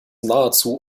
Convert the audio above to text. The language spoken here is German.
nahezu